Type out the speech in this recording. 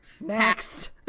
Next